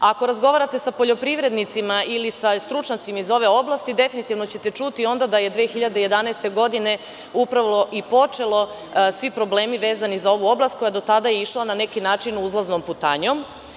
Ako razgovarate sa poljoprivrednicima ili sa stručnjacima iz ove oblasti, definitivno ćete čuti onda da su 2011. godine upravo i počeli svi problemi vezani za ovu oblast, koja je do tada išla na neki način uzlaznom putanjom.